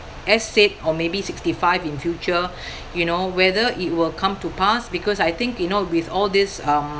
axe it or maybe sixty five in future you know whether it will come to pass because I think you know with all this um